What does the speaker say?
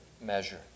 measure